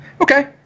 okay